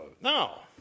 Now